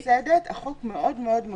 בצורה ממוסדת החוק מאוד מגביל,